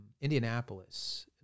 Indianapolis